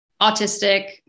autistic